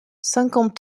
cinquante